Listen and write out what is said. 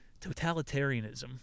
Totalitarianism